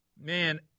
Man